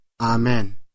Amen